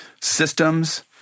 systems